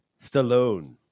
Stallone